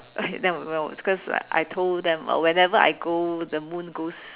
okay nevermind because like I told them whenever I go the moon goes